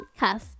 podcast